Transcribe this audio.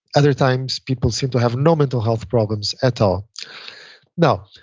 other times, people seem to have no mental health problems at all now,